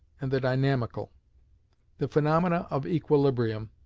and the dynamical the phaenomena of equilibrium,